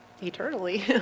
eternally